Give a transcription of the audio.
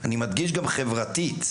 אני מדגיש גם חברתית.